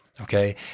okay